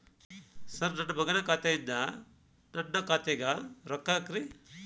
sir ನನ್ನ ಮಗನ ಖಾತೆ ಯಿಂದ ನನ್ನ ಖಾತೆಗ ರೊಕ್ಕಾ ಹಾಕ್ರಿ